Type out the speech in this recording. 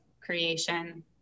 creation